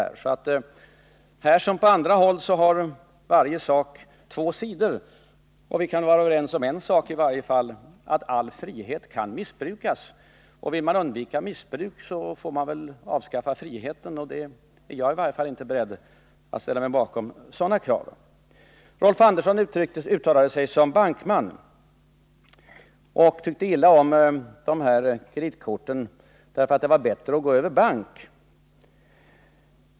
Här som så ofta annars har varje sak två sidor. Och vi kan i varje fall vara överens om en sak: all frihet kan missbrukas. Vill man undvika missbruk får man väl då avskaffa friheten, och ett sådant krav är jag inte beredd att ställa mig bakom. Rolf Andersson uttalade sig som bankman och tyckte illa om kreditkorten därför att det var bättre att gå över bank.